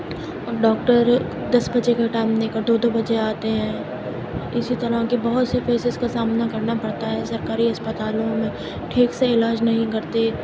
اور ڈاکٹر دس بجے کا ٹائم دے کر دو دو بجے آتے ہیں اسی طرح کے بہت سے کیسیز کا سامنا کرنا پڑتا ہے سرکاری اسپتالوں میں ٹھیک سے علاج نہیں کرتے